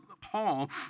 Paul